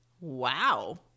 wow